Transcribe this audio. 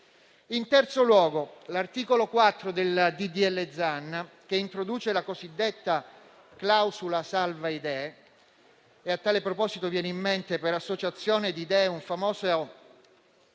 In terzo luogo, c'è l'articolo 4 del disegno di legge Zan, che introduce la cosiddetta clausola salva idee: a tal proposito viene in mente, per associazione di idee, un famoso